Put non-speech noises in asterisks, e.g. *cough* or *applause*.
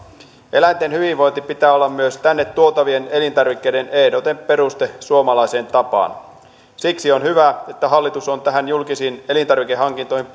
eläinten hyvinvoinnin pitää olla myös tänne tuotavien elintarvikkeiden ehdoton peruste suomalaiseen tapaan siksi on hyvä että hallitus on julkisiin elintarvikehankintoihin *unintelligible*